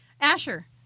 asher